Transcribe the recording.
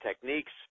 techniques